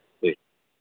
ᱦᱮᱸ